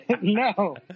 No